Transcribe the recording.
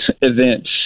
events